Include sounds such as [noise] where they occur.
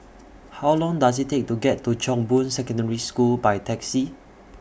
[noise] How Long Does IT Take to get to Chong Boon Secondary School By Taxi